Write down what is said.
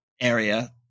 area